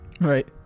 Right